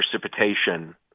precipitation